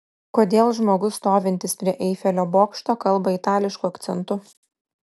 kodėl žmogus stovintis prie eifelio bokšto kalba itališku akcentu